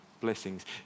blessings